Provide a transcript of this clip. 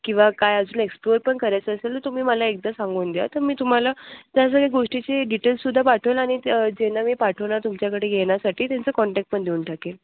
किंवा काय अजून एक्सप्लोर पण करायचं असेल तर तुम्ही मला एकदा सांगून द्या तर मी तुम्हाला त्या सगळ्या गोष्टीची डिटेलसुद्धा पाठवेल आणि ज्यांना मी पाठवलं तुमच्याकडे येण्यासाठी त्याचा काँटॅक्ट पण देऊन टाकेल